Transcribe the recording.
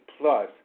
plus